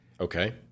Okay